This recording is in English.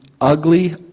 ugly